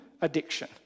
addiction